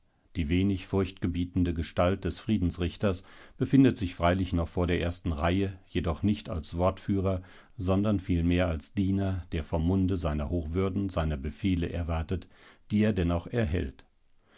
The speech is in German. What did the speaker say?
die wenig furchtgebietende gestalt des friedensrichters befindet sich freilich noch vor der ersten reihe jedoch nicht als wortführer sondern vielmehr als diener der vom munde seiner hochwürden seine befehle erwartet die er denn auch erhält